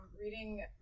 reading